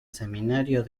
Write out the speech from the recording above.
seminario